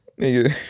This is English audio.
nigga